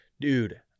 Dude